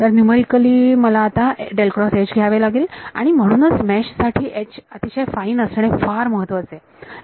तर न्यूमरिकली मला आता घ्यावे लागेल आणि म्हणूनच मेश साठी अतिशय फाईन असणे फार महत्त्वाचे आहे